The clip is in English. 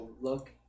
look